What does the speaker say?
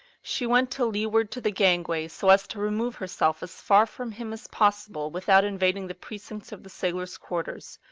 she went to lee ward to the gangway, so as to remove herself as far from him as possible without invading the precincts of the sailors' quarters,